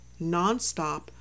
nonstop